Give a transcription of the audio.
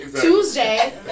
Tuesday